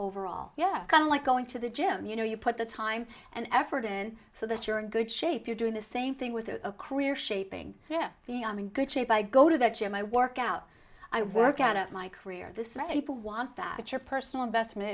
overall yes kind of like going to the gym you know you put the time and effort in so that you're in good shape you're doing the same thing with a career shaping yeah i'm in good shape i go to the gym i work out i work out of my career the same people want that your personal investment